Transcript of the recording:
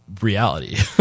reality